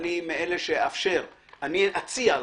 ואני אציע לחבריי,